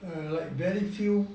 like very few